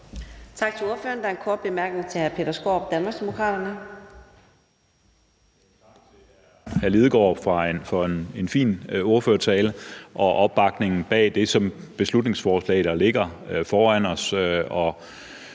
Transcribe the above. Tak til ordføreren. Der er en kort bemærkning til hr. Peter Skaarup, Danmarksdemokraterne.